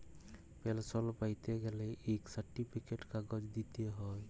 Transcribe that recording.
পেলসল প্যাইতে গ্যালে ইক সার্টিফিকেট কাগজ দিইতে হ্যয়